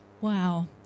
Wow